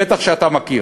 בטח שאתה מכיר,